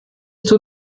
tut